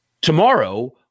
tomorrow